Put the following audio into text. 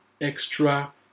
extra